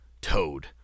Toad